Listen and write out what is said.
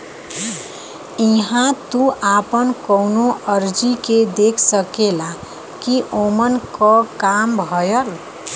इहां तू आपन कउनो अर्जी के देख सकेला कि ओमन क काम भयल